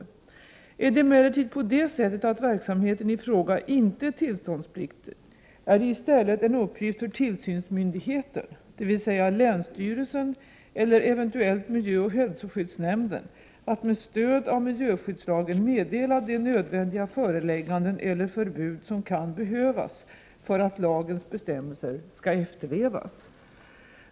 Är det emellertid på det sättet att verksamheten i fråga inte är tillståndspliktig är det i stället en uppgift för tillsynsmyndigheten, dvs. länsstyrelsen eller eventuellt miljöoch hälsoskyddsnämnden, att med stöd av miljöskydddslagen meddela de nödvändiga förelägganden eller förbud som kan behövas för att lagens bestämmelser skall efterlevas.